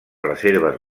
reserves